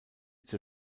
zur